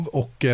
och